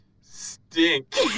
Stink